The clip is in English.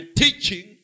teaching